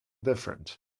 different